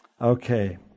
okay